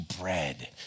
bread